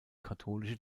katholische